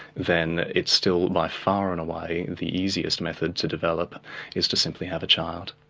then it's still by far and away the easiest method to develop is to simply have a child.